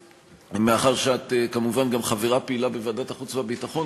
מאחר שאת גם חברה פעילה בוועדת החוץ והביטחון,